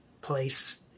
place